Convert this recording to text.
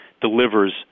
delivers